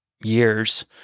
years